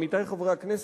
עמיתי חברי הכנסת,